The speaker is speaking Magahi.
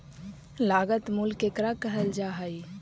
लागत मूल्य केकरा कहल जा हइ?